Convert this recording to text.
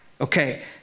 Okay